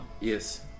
Yes